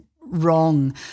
wrong